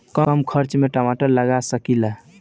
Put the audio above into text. कम खर्च में टमाटर लगा सकीला?